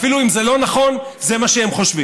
אפילו אם זה לא נכון, זה מה שהם חושבים.